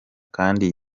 kandi